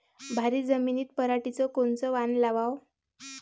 भारी जमिनीत पराटीचं कोनचं वान लावाव?